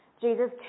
Jesus